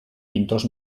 pintors